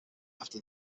after